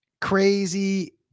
crazy